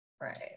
right